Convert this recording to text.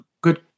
good